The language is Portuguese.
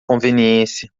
conveniência